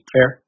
Fair